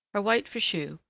her white fichu,